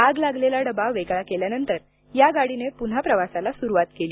आग लागलेला डबा वेगळा केल्यानंतर या गाडीने पुन्हा प्रवासाला सुरुवात केली